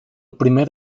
primer